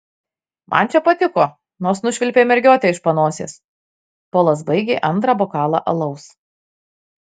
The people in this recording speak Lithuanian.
man čia patiko nors nušvilpei mergiotę iš panosės polas baigė antrą bokalą alaus